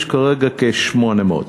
יש כרגע כ-800.